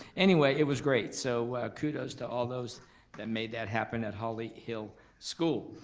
anyway it was great so kudos to all those that made that happen at holly hill school.